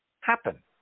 happen